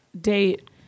date